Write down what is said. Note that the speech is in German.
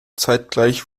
zeitgleich